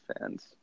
fans